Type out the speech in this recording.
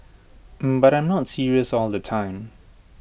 but I am not serious all the time